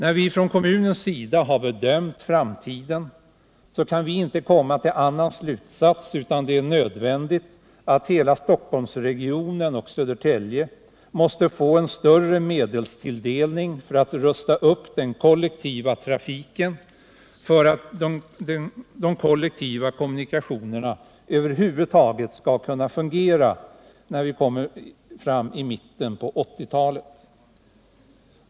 När vi från kommunens sida bedömt framtiden har vi inte kunnat komma fram till någon annan slutsats än att det är nödvändigt att hela Stockholmsregionen och Södertälje får en större medelstilldelning för att rusta upp kollektivtrafiken, så att de kollektiva kommunikationerna över huvud taget skall kunna fungera när vi kommer fram till mitten av 1980-talet.